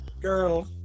Girl